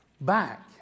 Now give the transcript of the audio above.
back